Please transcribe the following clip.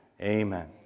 Amen